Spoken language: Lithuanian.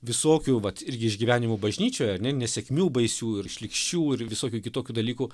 visokių vat irgi išgyvenimų bažnyčioje nesėkmių baisių ir šlykščių ir visokių kitokių dalykų